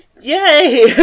yay